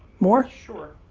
more? sure.